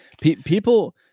People